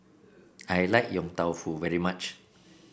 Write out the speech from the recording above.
I like Yong Tau Foo very much